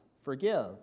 forgive